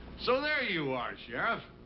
so there you are, sheriff.